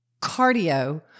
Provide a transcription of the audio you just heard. cardio